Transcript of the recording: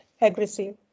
aggressive